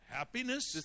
happiness